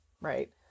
right